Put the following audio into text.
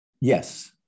Yes